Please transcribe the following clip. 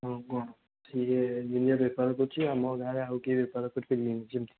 ଆଉ କ'ଣ ସିଏ ଯେମତିଆ ବେପାର କରୁଛି ଆମ ଗାଁରେ ଆଉ କିଏ ବେପାର କରିପାରିବେନି ଯେମତି